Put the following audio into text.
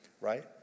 right